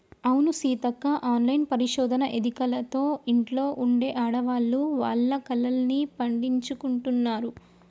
అవును సీతక్క ఆన్లైన్ పరిశోధన ఎదికలతో ఇంట్లో ఉండే ఆడవాళ్లు వాళ్ల కలల్ని పండించుకుంటున్నారు